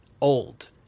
old